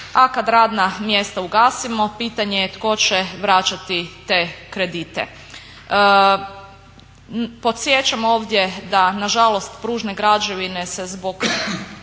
a kad radna mjesta ugasimo pitanje je tko će vraćati te kredite. Podsjećam ovdje da nažalost pružne građevine se zbog